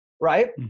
right